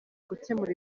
gukemura